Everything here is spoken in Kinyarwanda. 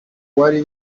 wari